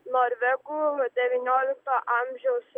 norvegų devyniolikto amžiaus